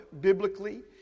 biblically